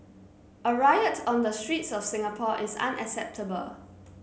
a riot on the streets of Singapore is unacceptable